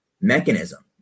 mechanism